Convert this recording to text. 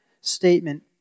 statement